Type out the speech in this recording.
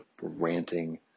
ranting